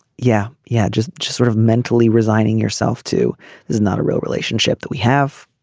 yeah yeah just just sort of mentally resigning yourself to there's not a real relationship that we have.